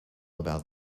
about